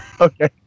Okay